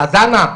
אז אנא,